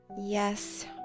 Yes